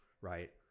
right